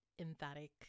emphatic